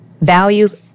Values